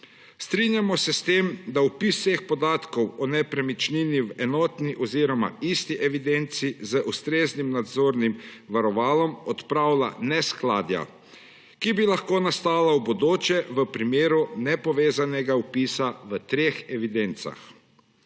Strinjamo se s tem, da vpis vseh podatkov o nepremičnini v enotni oziroma isti evidenci z ustreznim nadzornim varovalom odpravlja neskladja, ki bi lahko nastala v prihodnje v primeru nepovezanega vpisa v treh evidencah.